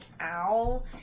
ow